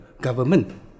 government